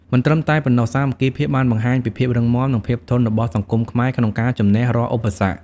មិនត្រឹមតែប៉ុណ្ណោះ សាមគ្គីភាពបានបង្ហាញពីភាពរឹងមាំ និងភាពធន់របស់សង្គមខ្មែរក្នុងការជំនះរាល់ឧបសគ្គ។